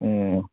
ꯎꯝ